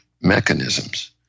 mechanisms